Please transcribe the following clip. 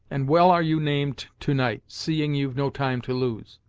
and well are you named to-night, seeing you've no time to lose.